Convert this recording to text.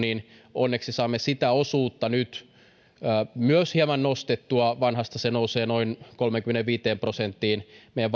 onneksi saamme myös sitä osuutta nyt hieman nostettua vanhasta se nousee noin kolmeenkymmeneenviiteen prosenttiin meidän